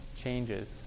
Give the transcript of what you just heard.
changes